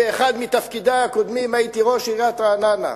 באחד מתפקידי הקודמים הייתי ראש עיריית רעננה,